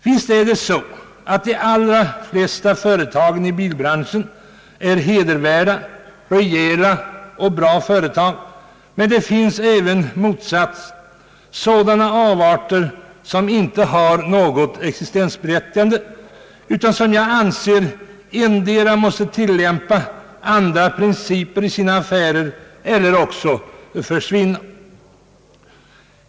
Visst är de allra flesta företagen i bilbranschen hedervärda, rejäla och bra företag, men det finns även motsatsen — avarter som inte har något existensberättigande, utan som enligt min mening antingen måste tillämpa andra principer vid sina affärer eller också försvinna.